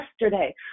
yesterday